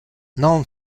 non